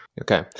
Okay